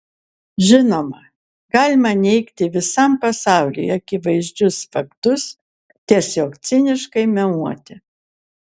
žinoma galima neigti visam pasauliui akivaizdžius faktus tiesiog ciniškai meluoti